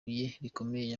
rikomeza